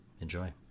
Enjoy